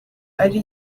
ari